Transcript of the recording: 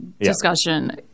discussion